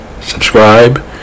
subscribe